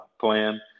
plan